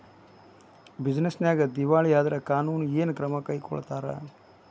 Business ನ್ಯಾಗ ದಿವಾಳಿ ಆದ್ರ ಕಾನೂನು ಏನ ಕ್ರಮಾ ಕೈಗೊಳ್ತಾರ?